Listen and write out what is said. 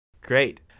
Great